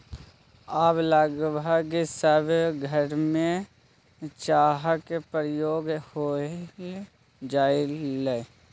आब लगभग सभ घरमे चाहक प्रयोग होए लागलै